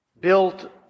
built